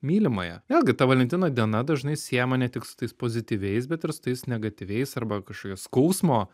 mylimąją vėlgi ta valentino diena dažnai siejama ne tik su tais pozityviais bet ir su tais negatyviais arba kažkokio skausmo